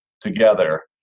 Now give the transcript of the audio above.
Together